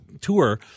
tour